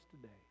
today